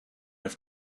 have